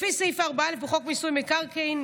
לפי סעיף 4א בחוק מיסוי מקרקעין,